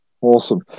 Awesome